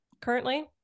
currently